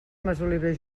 masoliver